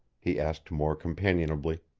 he asked more companionably.